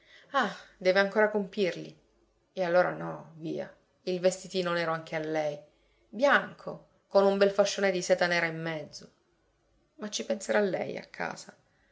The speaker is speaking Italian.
ah deve ancora compirli e allora no via il vestitino nero anche a lei bianco con un bel fascione di seta nera in mezzo ma ci penserà lei a casa